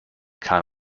kahn